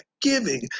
giving